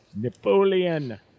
Napoleon